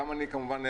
גם אני כמובן,